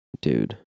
Dude